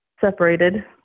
separated